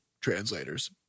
translators